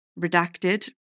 redacted